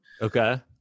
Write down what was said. Okay